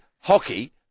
hockey